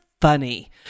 funny